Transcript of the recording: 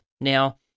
Now